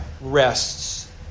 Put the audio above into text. rests